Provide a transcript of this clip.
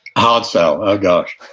hard sell, oh gosh